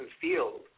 field